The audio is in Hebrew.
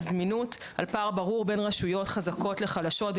על זמינות על פער ברור בין רשויות חזקות לחלשות,